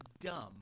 dumb